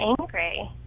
angry